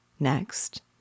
Next